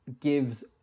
gives